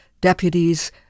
deputies